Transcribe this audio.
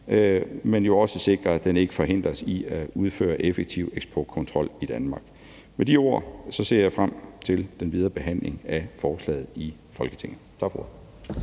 men jo også sikre, at den ikke forhindrer os i at udføre effektiv eksportkontrol i Danmark. Med de ord ser jeg frem til den videre behandling af forslaget i Folketinget.